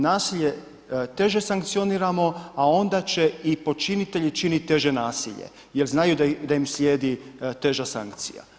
Nasilje teže sankcioniramo, a onda će i počinitelji činiti teže nasilje jer znaju da im slijedi teža sankcija.